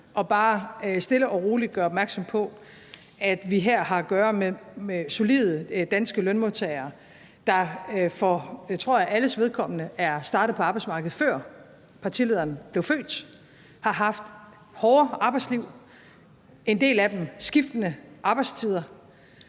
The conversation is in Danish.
og bare stille og roligt gøre opmærksom på, at vi her har at gøre med solide danske lønmodtagere, der for, tror jeg, alles vedkommende er startet på arbejdsmarkedet, før partilederen blev født, har haft hårde arbejdsliv – og en del af dem har haft skiftende arbejdstider